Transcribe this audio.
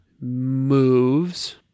moves